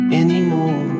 anymore